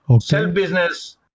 self-business